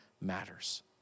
matters